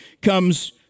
comes